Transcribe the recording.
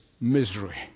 Misery